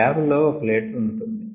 lab లో 1లీటర్ ఉంటుంది